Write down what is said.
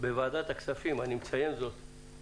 בוועדת הכספים, אני מציין זאת כי